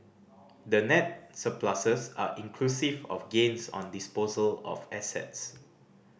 the net surpluses are inclusive of gains on disposal of assets